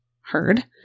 heard